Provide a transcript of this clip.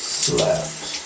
slept